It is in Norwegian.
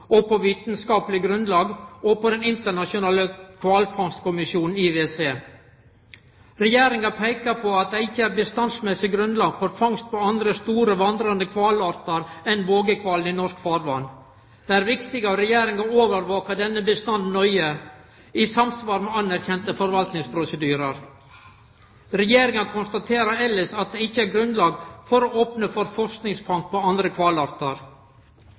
havrettkonvensjon, på vitskapeleg grunnlag og på Den internasjonale kvalfangstkommisjonen, IWC. Regjeringa peikar på at det ikkje er bestandsmessig grunnlag for fangst på andre store vandrande kvalartar enn vågekval i norske farvatn. Det er viktig at Regjeringa overvakar denne bestanden nøye i samsvar med anerkjende forvaltningsprosedyrar. Regjeringa konstaterer elles at det ikkje er grunnlag for å opne for forskingsfangst på andre kvalartar.